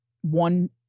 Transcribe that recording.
one